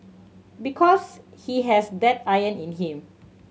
because he has that iron in him